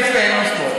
יפה, שמאל.